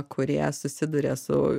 kurie susiduria su